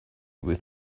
with